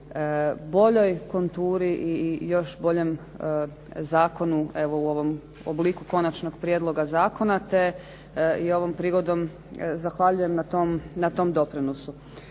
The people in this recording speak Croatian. boljoj konturi i još boljem zakonu evo u ovom obliku konačnog prijedloga zakona, te ja ovom prigodom zahvaljujem na tom doprinosu.